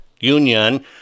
union